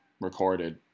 recorded